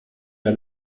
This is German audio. der